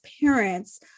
parents